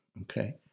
Okay